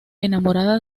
enamorada